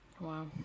Wow